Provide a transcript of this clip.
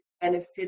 benefit